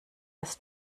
das